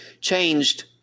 changed